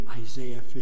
Isaiah